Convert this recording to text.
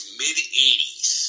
mid-80s